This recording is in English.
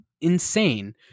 insane